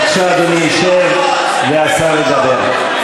בבקשה, אדוני ישב והשר ידבר.